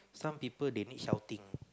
some people they need shouting